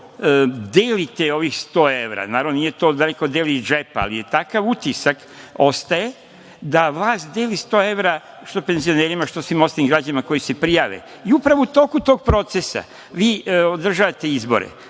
zapravo delite ovih 100 evra, naravno, nije to da neko deli iz džepa, ali takav utisak ostaje da vlast deli 100 evra, što penzionerima, što svim ostalim građanima koji se prijave i upravo u toku tog procesa vi održavate izbore.